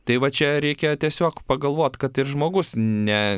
tai va čia reikia tiesiog pagalvoti kad žmogus ne